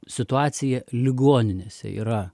situacija ligoninėse yra